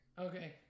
Okay